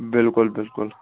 بلکل بلکل